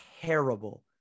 terrible